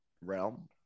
realm